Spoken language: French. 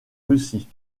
russie